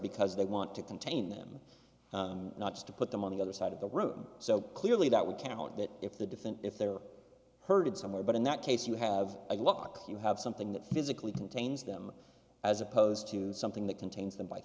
because they want to contain them not just to put them on the other side of the room so clearly that would count that if the different if they were heard somewhere but in that case you have a look you have something that physically contains them as opposed to something that contain